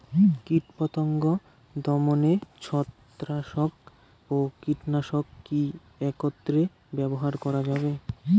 কীটপতঙ্গ দমনে ছত্রাকনাশক ও কীটনাশক কী একত্রে ব্যবহার করা যাবে?